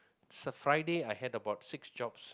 s~ Friday I had about six jobs